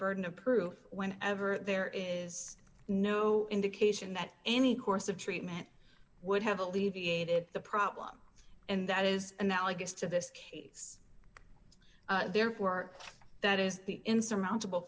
burden of proof whenever there is no indication that any course of treatment would have alleviated the problem and that is analogous to this case therefore that is the insurmountable